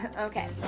Okay